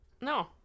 No